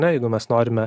na jeigu mes norime